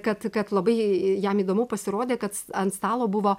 kad kad labai jam įdomu pasirodė kad ant stalo buvo